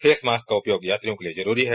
face mask का उपयोग यात्रियों के लिए जरूरी है